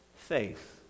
faith